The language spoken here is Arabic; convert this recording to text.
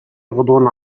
غضون